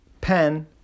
pen